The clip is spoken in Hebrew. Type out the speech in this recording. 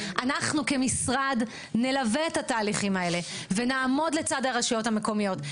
אנחנו כמשרד נלווה את התהליכים האלה ונעמוד לצד הרשויות המקומיות,